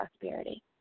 prosperity